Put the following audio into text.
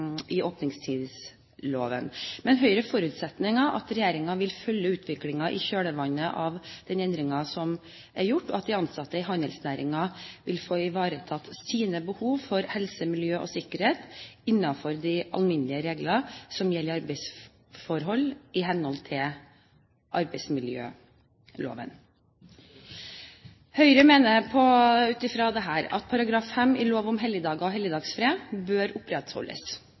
i åpningstidsloven, men Høyre forutsetter at regjeringen vil følge utviklingen i kjølvannet av den endringen som er gjort, og at de ansatte i handelsnæringen vil få ivaretatt sine behov for helse, miljø og sikkerhet innenfor de alminnelige regler som gjelder arbeidsforhold i henhold til arbeidsmiljøloven. Høyre mener ut fra dette at § 5 i lov om helligdager og helligdagsfred bør opprettholdes.